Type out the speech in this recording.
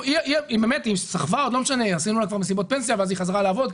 עשינו לה כבר מסיבות פנסיה ואז היא חזרה לעבוד,